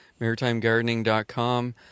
maritimegardening.com